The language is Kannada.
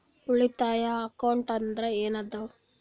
ಉಳಿತಾಯ ಅಕೌಂಟ್ ಅಂದ್ರೆ ಏನ್ ಅದ?